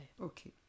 Okay